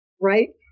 Right